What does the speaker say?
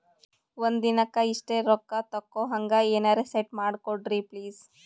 ಒಂದಿನಕ್ಕ ಇಷ್ಟೇ ರೊಕ್ಕ ತಕ್ಕೊಹಂಗ ಎನೆರೆ ಸೆಟ್ ಮಾಡಕೋಡ್ರಿ ಪ್ಲೀಜ್?